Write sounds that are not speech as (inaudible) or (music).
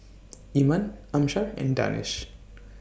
(noise) Iman Amsyar and Danish